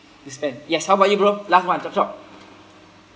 to spend yes how about you bro last one chop chop